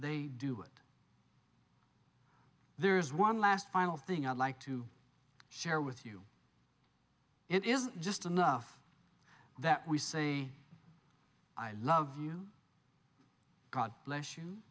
they do it there is one last final thing i'd like to share with you it is just enough that we say i love you god bless you